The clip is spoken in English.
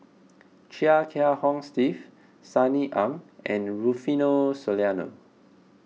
Chia Kiah Hong Steve Sunny Ang and Rufino Soliano